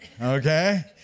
okay